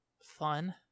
Fun